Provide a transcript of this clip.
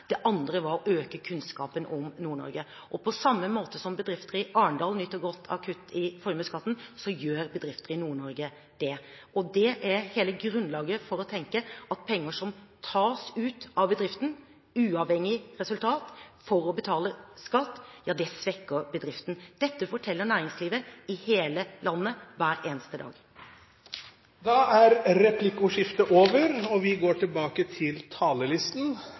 Det andre var å øke kunnskapen om Nord-Norge. På samme måte som bedrifter i Arendal nyter godt av kutt i formuesskatten, gjør også bedrifter i Nord-Norge det. Det er hele grunnlaget for å tenke at penger som tas ut av bedriften, uavhengig av resultat, for å betale skatt, svekker bedriften. Dette forteller næringslivet i hele landet hver eneste dag. Replikkordskiftet er omme. Etter å ha hørt næringsministeren i replikkordskiftet